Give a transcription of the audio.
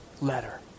letter